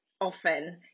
often